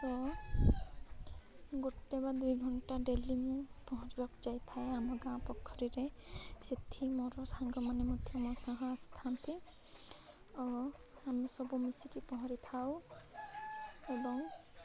ତ ଗୋଟେ ବା ଦୁଇ ଘଣ୍ଟା ଡ଼େଲି ମୁଁ ପହଁରିବାକୁ ଯାଇଥାଏ ଆମ ଗାଁ ପୋଖରୀରେ ସେଠି ମୋର ସାଙ୍ଗମାନେ ମଧ୍ୟ ମୋ ସାହ ଆସିଥାନ୍ତି ଓ ଆମେ ସବୁ ମିଶିକି ପହଁରିଥାଉ ଏବଂ